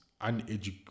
uneducated